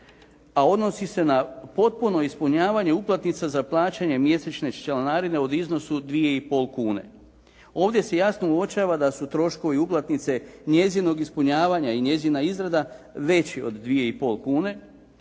a odnosi se na potpuno ispunjavanje uplatnica za plaćanje mjesečne članarine u iznosu od 2 i pol kune. Ovdje se jasno uočava da su troškovi uplatnice njezinog ispunjavanja i njezina izrada veći od 2 i